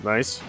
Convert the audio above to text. Nice